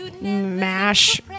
mash